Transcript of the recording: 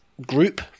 group